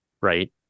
right